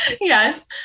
Yes